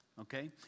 okay